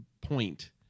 point